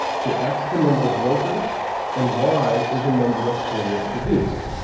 so x is the number of workers and y is the number of tables produced.